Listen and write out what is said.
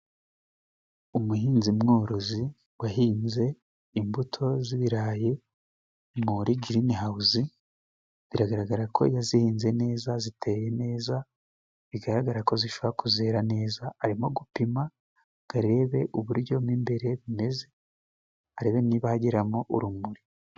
Umuhinzi mworozi wahinze imbuto z'ibirayi muri girini hawuzi. Biragaragara ko yazihinze neza ziteye neza. Bigaragara ko zishobora kuzera neza. Arimo gupima ngo arebe uburyo mo imbere bimeze, arebe niba hageramo urumuri.